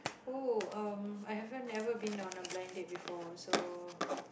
oh um I haven't never been on a blind date before so